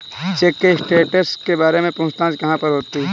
Check के status के बारे में पूछताछ कहाँ पर होती है?